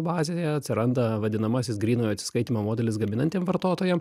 bazėje atsiranda vadinamasis grynojo atsiskaitymo modelis gaminantiem vartotojam